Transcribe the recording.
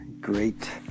great